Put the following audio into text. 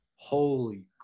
holy